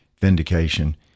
vindication